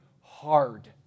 hard